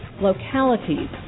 localities